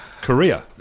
Korea